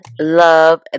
love